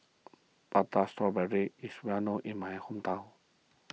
Prata Strawberry is well known in my hometown